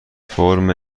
فرم